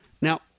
Now